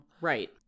Right